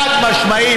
חד-משמעית,